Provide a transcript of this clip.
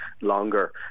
longer